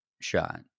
shot